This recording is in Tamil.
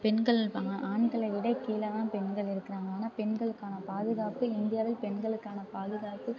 பெண்கள் இப்போ ஆ ஆண்களை விட கீழே தான் பெண்கள் இருக்கிறாங்க ஆனால் பெண்களுக்கான பாதுகாப்பு இந்தியாவில் பெண்களுக்கான பாதுகாப்பு